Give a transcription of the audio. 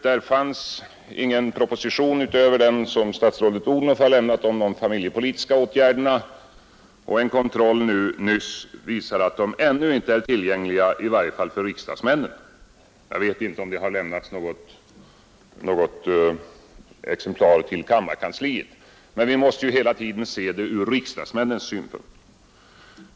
Där fanns ingen proposition utöver den som statsrådet Odhnoff har lämnat om de familjepolitiska åtgärderna, och en kontroll nyss visar att förslagen ännu inte är tillgängliga, i varje fall inte för riksdagsmännen. Jag vet inte om det har lämnats något exemplar till kammarkansliet, men vi måste ju hela tiden se det ur riksdagsmännens synpunkt.